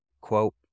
quote